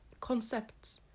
concepts